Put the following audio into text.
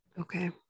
Okay